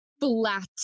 flat